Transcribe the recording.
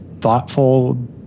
thoughtful